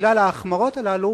שבגלל ההחמרות הללו